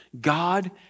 God